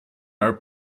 are